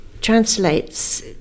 translates